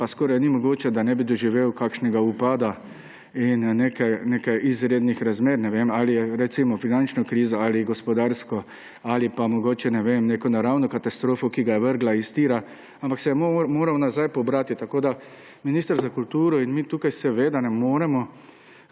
pa skoraj ni mogoče, da ne bi doživel kakšnega upada in nekaj izrednih razmerah. Ne vem, ali je, recimo, imel finančno krizo, ali gospodarsko, ali pa mogoče neko naravno katastrofo, ki ga je vrla iz tira, ampak se je moral nazaj pobrati. Tako minister za kulturo in mi tukaj ne moremo